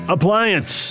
Appliance